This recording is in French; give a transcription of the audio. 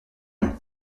rue